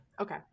Okay